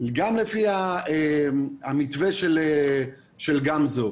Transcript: גם לפי המתווה של פרופ' גמזו,